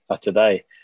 today